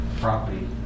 property